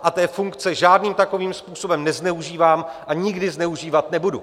A té funkce žádným takovým způsobem nezneužívám a nikdy zneužívat nebudu.